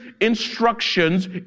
instructions